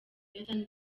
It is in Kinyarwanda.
eastern